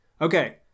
Okay